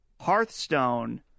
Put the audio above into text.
hearthstone